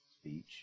speech